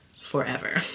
forever